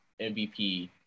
MVP